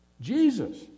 Jesus